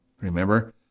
Remember